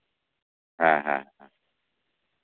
ᱦᱮᱸ ᱦᱮᱸ